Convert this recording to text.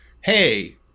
hey